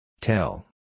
Tell